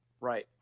Right